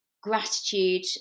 gratitude